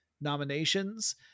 nominations